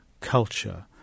culture